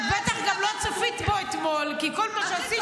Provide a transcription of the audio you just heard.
את בטח גם לא צפית בו אתמול כי כל מה שעשית